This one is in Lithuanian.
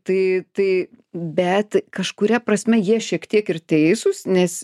tai tai bet kažkuria prasme jie šiek tiek ir teisūs nes